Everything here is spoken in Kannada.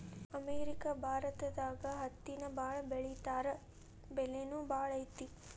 ಅಮೇರಿಕಾ ಭಾರತದಾಗ ಹತ್ತಿನ ಬಾಳ ಬೆಳಿತಾರಾ ಬೆಲಿನು ಬಾಳ ಐತಿ